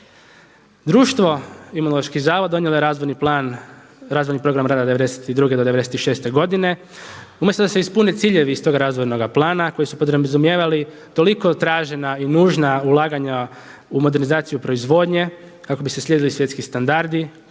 Društvo, Imunološki zavod donijelo je razvojni plan, razvojni plan rada '92. do '96. godine. Umjesto da se ispune ciljevi iz tog razvojnoga plana koji su podrazumijevali toliko tražena i nužna ulaganja u modernizaciju proizvodnje kako bi se slijedili svjetski standardi